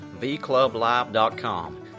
vclublive.com